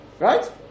Right